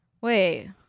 Wait